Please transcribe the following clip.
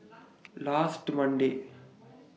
last Monday